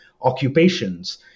occupations